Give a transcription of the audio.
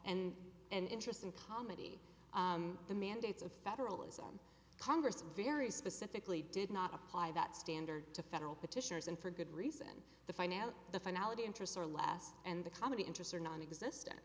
and an interest in comedy the mandates of federalism congress very specifically did not apply that standard to federal petitioners and for good reason the finance the finality interests are less and the common interests are nonexistent